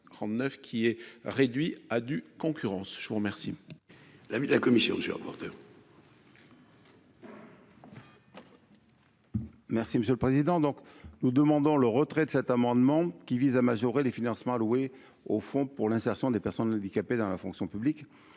qui est réduit à due concurrence, je vous remercie. L'avis de la commission du rapporteur. Merci monsieur le président, donc nous demandons le retrait de cet amendement qui vise à majorer les financements alloués au Fonds pour l'insertion des personnes handicapées dans la fonction publique,